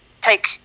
take